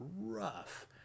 rough